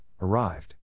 arrived